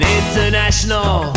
international